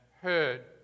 heard